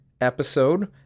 episode